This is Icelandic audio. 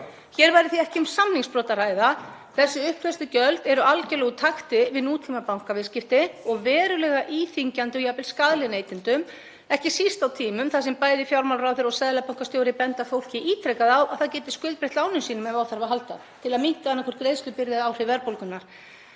Hér væri ekki um samningsbrot að ræða. Þessi uppgreiðslugjöld eru algerlega úr takti við nútímabankaviðskipti og verulega íþyngjandi og jafnvel skaðleg neytendum, ekki síst á tímum þar sem bæði fjármálaráðherra og seðlabankastjóri benda fólki ítrekað á að það geti skuldbreytt lánum sínum ef á þarf að halda til að minnka annaðhvort greiðslubyrði eða áhrif verðbólgunnar.